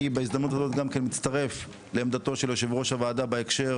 אני בהזדמנות הזו גם כן מצטרף לעמדתו של יו"ר הוועדה בהקשר